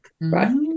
right